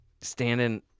standing